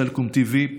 סלקום tv,